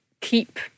keep